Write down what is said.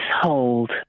hold